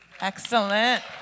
Excellent